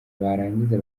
barangiza